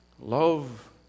Love